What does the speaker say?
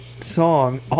song